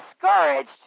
discouraged